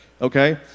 okay